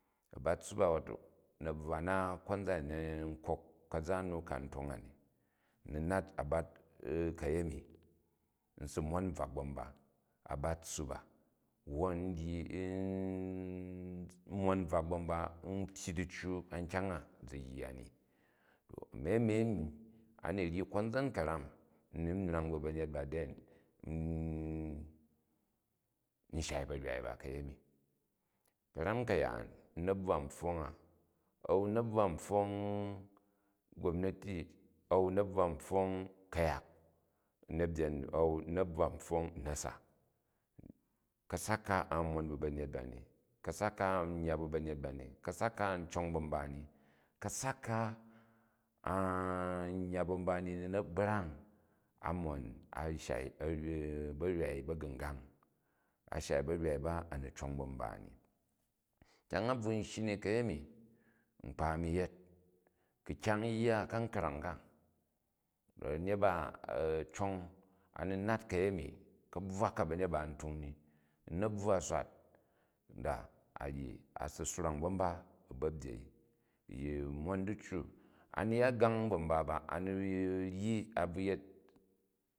Abat tssup a, wa to nabvwa na konzan ayi, na̱ n kok ka̱za nuka ntong ani n ni nat kyaemi, nsi nvon bvak ba mba a bat tssup a wwon n dyi n mon bvak ba̱ mba, n ni tyyi dian a nkyang a hi yya ni, a̱mi ami ani ngi konzan ka̱ram n ni n myrang bu bamyet ba than n shai barwai ba kayyemi. Ka̱ram ka̱yaan u̱ na̱bvwa upfong a, a̱n u̱ na̱bvwa upfong gobnali, a̱n u̱ na̱bvwa npfong gob nali, a̱n u̱ na̱bvwa npfong ku̱yak u̱ na̱byen, a̱u u na̱bvwa npfong u̱ na̱sa. Ka̱sak ka a mon bu ba̱nyet ba ni, kasak ka a yya bu ba̱nyet ba ni, kasak ka a cong ba̱mba ni ka̱sak ka ai yya ba̱ mban ni, ni na̱ brang amon, a shai ba̱nvai ba̱gu̱ngang, a shai ba̱vwai ba a ni cong ba̱ mba ni. Kyang a bvu u shji ui kayemi nkpa ami yet, ku kyang yya u ka̱nkrang ka ba̱nyet ba cong, a ni nat kayemi ka̱bvwa ka ba̱nyet ba n tung ni u̱ na̱bvwa swat a, a ryi a si swrang ba̱ mba u̱ ba̱ byei, u̱ mon diccu, a ni ya gang ba mba ba, a ni ryi a bvu yet.